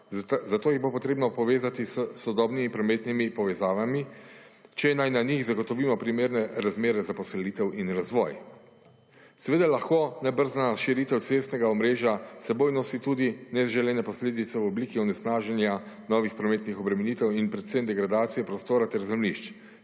zato jih bo potrebno povezati s sodobnimi prometnimi povezavami, če naj na njih zagotovimo primerne razmere za poselitev in razvoj. Seveda lahko na brzna razširitev cestnega omrežja seboj nosi tudi neželene posledice v obliki onesnaženja novih prometnih obremenitev in predvsem degradacije prostora ter zemljišč,